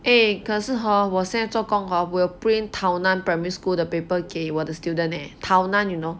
eh 可是 hor 我现在做工 hor 我有 print tao nan primary school 的 paper 给我的 student eh tao nan you know